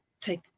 take